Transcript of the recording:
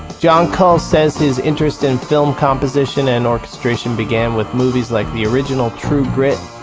jon kull's sense his interested in film composition and orchestration began with movies like the original true grit,